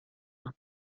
ans